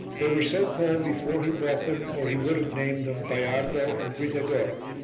they were so called before he bought them, or he would have named them baiardo and brigliadoro.